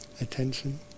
attention